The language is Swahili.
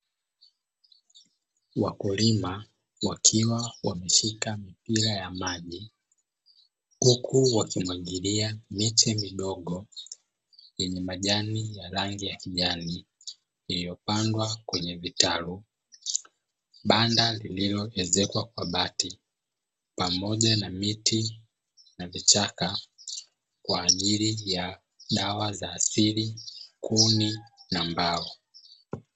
Wakulima wakiwa wameshika mipira ya maji huku wakimwagilia miti midogo yenye majani ya rangi ya kijani iliyopandwa kwenye vitalu. Banda lililoezekwa kwa bati pamoja na miti na vichaka kwa ajili ya dawa za asili, kuni na mbao.